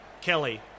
Kelly